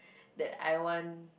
that I want